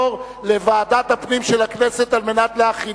לדיון מוקדם בוועדה שתקבע ועדת הכנסת נתקבלה.